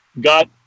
got